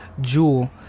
Jewel